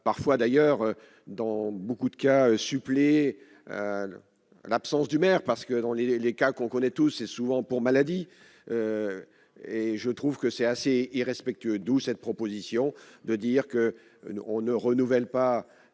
parfois d'ailleurs dans beaucoup de cas suppléer l'absence du maire parce que dans les les cas qu'on connaît tous, c'est souvent pour maladie et je trouve que c'est assez irrespectueux, d'où cette proposition de dire qu'on ne renouvelle pas